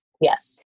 Yes